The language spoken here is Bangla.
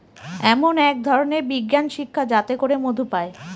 এমন এক ধরনের বিজ্ঞান শিক্ষা যাতে করে মধু পায়